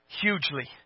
hugely